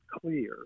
clear